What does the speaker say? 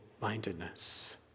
mindedness